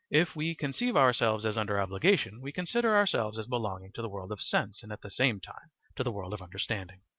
if we conceive ourselves as under obligation, we consider ourselves as belonging to the world of sense and at the same time to the world of understanding.